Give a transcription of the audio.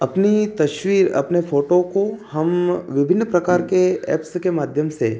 अपनी तस्वीर अपने फोटो को हम विभिन्न प्रकार के एप्प्स के माध्यम से